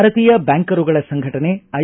ಭಾರತೀಯ ಬ್ಯಾಂಕರುಗಳ ಸಂಘಟನೆ ಐ